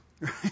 Right